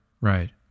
Right